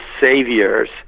saviors